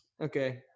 Okay